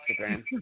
Instagram